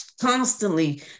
constantly